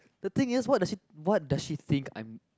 the thing is what does she what does she think I